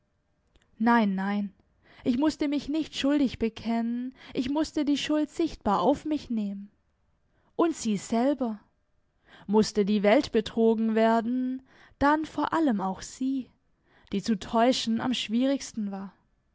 nein nein ich mußte mich nicht schuldig bekennen ich mußte die schuld sichtbar auf mich nehmen und sie selber mußte die welt betrogen werden dann vor allem auch sie die zu täuschen am schwierigsten war